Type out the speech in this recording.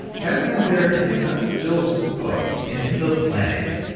head on out there and pick up jill's book, into the planet.